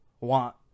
want